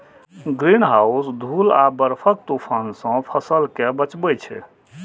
greenhouse धूल आ बर्फक तूफान सं फसल कें बचबै छै